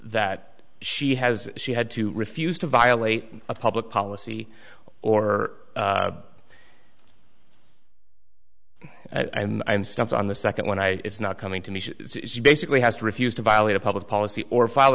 that she has she had to refuse to violate a public policy or i'm stumped on the second one i it's not coming to me she basically has refused to violate a public policy or file